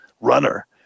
runner